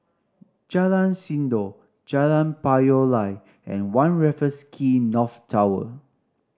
Jalan Sindor Jalan Payoh Lai and One Raffles Quay North Tower